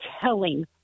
telling